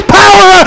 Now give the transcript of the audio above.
power